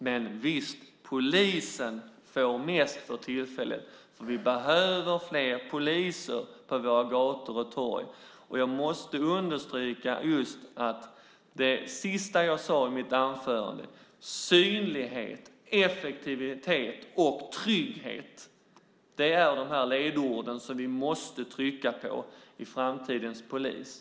Men visst: Polisen får mest för tillfället, för vi behöver fler poliser på våra gator och torg. Jag måste understryka det sista jag sade i mitt anförande: Synlighet, effektivitet och trygghet är de ledord som vi måste trycka på när det gäller framtidens polis.